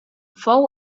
fou